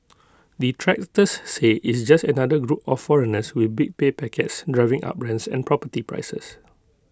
detractors say it's just another group of foreigners with big pay packets driving up rents and property prices